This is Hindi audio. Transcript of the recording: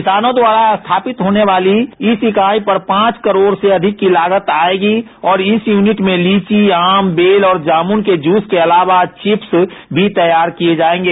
किसानों द्वारा स्थापित होने वाली इस ईकाई पर पांच करोड से अधिक की लागत आयेगी और इस यूनिट मे लीची आम बेल और जामुन के जूस के अलावा चिप्स भी तैयार किये जायेंगे